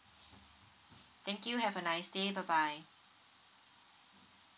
thank you have a nice day bye bye